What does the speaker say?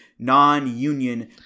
Non-union